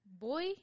boy